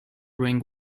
ring